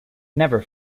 never